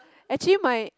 actually my